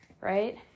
right